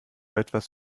etwas